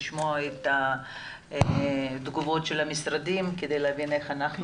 לשמוע את תגובות המשרדים כדי להבין איך אנחנו,